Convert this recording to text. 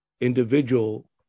individual